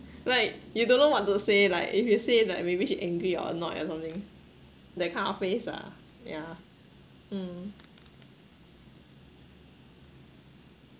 like you don't know what to say like if you say like maybe she angry or not or something that kind of face ah yeah mm